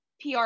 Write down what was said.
PR